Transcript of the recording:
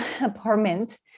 apartment